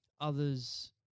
others